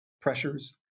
pressures